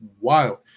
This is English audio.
wild